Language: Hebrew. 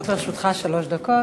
עומדות לרשותך שלוש דקות.